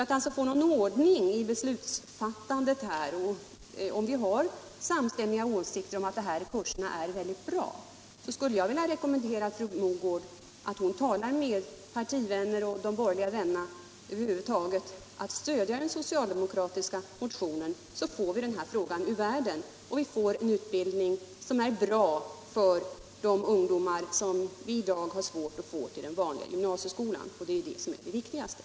Har vi samstämmiga uppfattningar om att dessa kurser är bra, skulle jag för att få någon ordning i beslutsfattandet vilja rekommendera fru Mogård att tala med sina partivänner och de övriga borgerliga vännerna om att stödja den socialdemokratiska motionen. Då får vi den här frågan ur världen och får ett vettigt utbildningsalternativ för de ungdomar som i dag har svårt att gå till den vanliga gymnasieskolan. Det är det som är det viktigaste.